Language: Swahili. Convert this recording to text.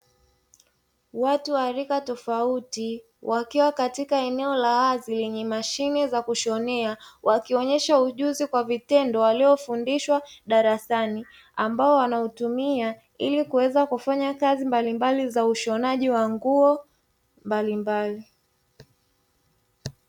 Watu wa rika tofauti wakiwa katika eneo la wazi lenye mashine za kushonea wakionyesha ujuzi kwa vitendo waliofundishwa darasani, ambao wanautumia ili kuweza kufanya kazi mbalimbali za ushonaji wa nguo mbalimbali.